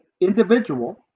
individual